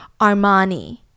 Armani